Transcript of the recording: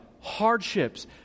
hardships